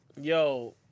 Yo